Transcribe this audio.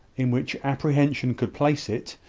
in which apprehension could place it,